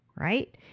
right